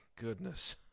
goodness